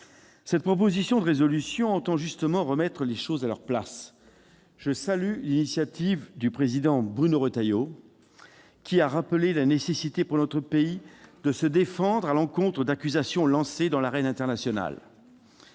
Cette proposition de résolution entend justement remettre les choses à leur place. Je salue l'initiative du président Bruno Retailleau, qui a rappelé la nécessité, pour notre pays, de se défendre à l'encontre d'accusations lancées dans l'arène internationale.